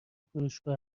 فروشگاه